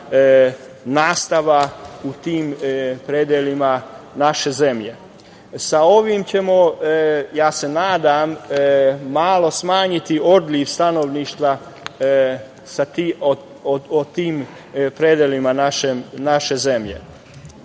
nastava u tim predelima naše zemlje. Sa ovim ćemo, nadam se, malo smanjiti odliv stanovništva u tim predelima naše zemlje. Da